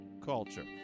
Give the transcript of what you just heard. culture